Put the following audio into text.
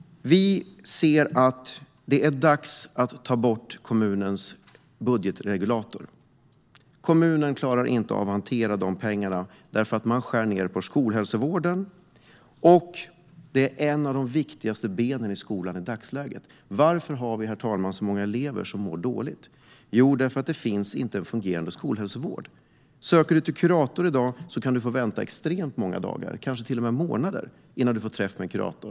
Det är dags att ta bort kommunens budgetregulator. Kommunen klarar inte av att hantera dessa pengar, eftersom man skär ned på skolhälsovården. I dagsläget är skolhälsovården ett av de viktigaste benen i skolan. Varför är det så många elever som mår dåligt? Jo, därför att det inte finns en fungerande skolhälsovård. Söker en elev sig till kurator i dag kan eleven få vänta kanske i månader innan han eller hon får träffa en kurator.